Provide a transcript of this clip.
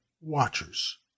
watchers